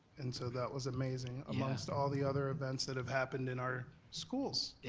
and so that was amazing amongst all the other events that have happened in our schools.